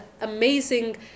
amazing